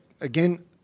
Again